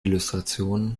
illustrationen